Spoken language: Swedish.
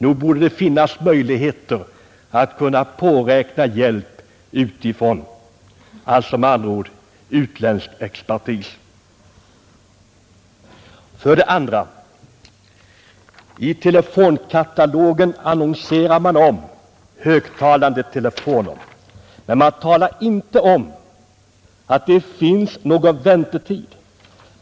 Nog borde det i så fall finnas möjligheter att påräkna hjälp utifrån, med andra ord genom utländsk expertis om inget annat hjälper. I telefonkatalogen annonserar man vidare om högtalande telefoner, men man talar inte om att det finns obegränsad väntetid.